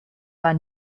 war